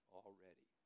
already